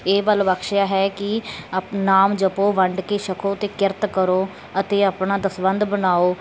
ਇਹ ਬਲ ਬਖਸ਼ਿਆ ਹੈ ਕਿ ਅਪ ਨਾਮ ਜਪੋ ਵੰਡ ਕੇ ਛਕੋ ਅਤੇ ਕਿਰਤ ਕਰੋ ਅਤੇ ਆਪਣਾ ਦਸਵੰਧ ਬਣਾਓ